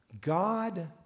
God